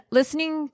listening